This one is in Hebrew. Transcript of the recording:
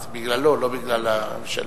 לא בגללנו.